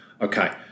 okay